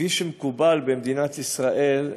מה שמקובל במדינת ישראל,